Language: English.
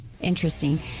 Interesting